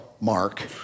Mark